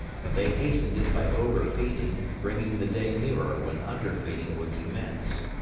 but they hastened it by overfeeding, bringing the day nearer when underfeeding would commence.